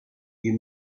you